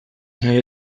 nahi